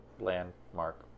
landmark